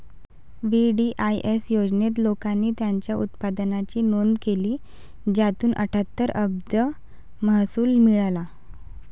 VDIS योजनेत, लोकांनी त्यांच्या उत्पन्नाची नोंद केली, ज्यातून अठ्ठ्याहत्तर अब्ज महसूल मिळाला